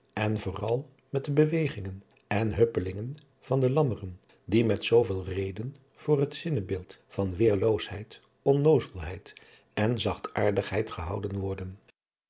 en vooral met de bewegingen en huppelingen van de lammeren die met zooveel reden voor het zinnebeeld van weerloosheid onnoozelheid en zachtaardigheid gehouden worden